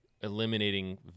eliminating